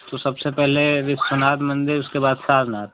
तो सबसे पहले विश्वनाथ मन्दिर उसके बाद सारनाथ